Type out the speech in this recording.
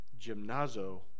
gymnazo